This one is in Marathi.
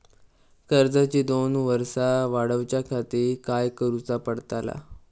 कर्जाची दोन वर्सा वाढवच्याखाती काय करुचा पडताला?